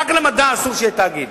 רק למדע אסור שיהיה תאגיד.